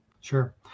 Sure